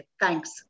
Thanks